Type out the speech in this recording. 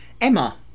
Emma